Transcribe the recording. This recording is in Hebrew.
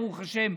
ברוך השם,